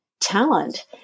talent